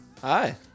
Hi